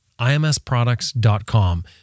IMSproducts.com